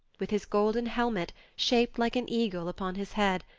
with his golden helmet, shaped like an eagle, upon his head,